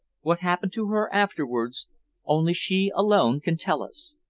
what happened to her afterwards only she alone can tell us.